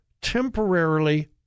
temporarily